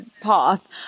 path